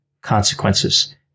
consequences